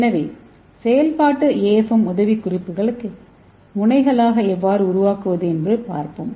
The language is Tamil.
எனவே செயல்பாட்டு AFM உதவிக்குறிப்புகளை முனைகளாக எவ்வாறு உருவாக்குவது என்று பார்ப்போம்